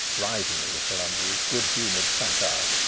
writhing a little under this good-humoured satire,